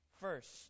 first